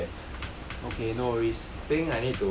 cause I lagged